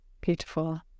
beautiful